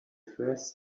first